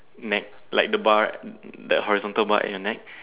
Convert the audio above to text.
neck like the bar the horizontal bar at your neck